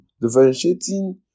differentiating